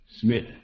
Smith